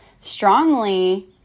strongly